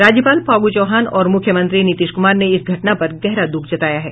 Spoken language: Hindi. राज्यपाल फागू चौहान ओर मुख्यमंत्री नीतीश कुमार ने इस घटना पर गहरा दूःख जताया है